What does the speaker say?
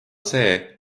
see